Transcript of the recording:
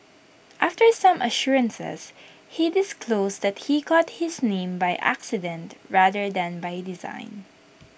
after some assurances he disclosed that he got his name by accident rather than by design